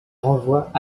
renvoie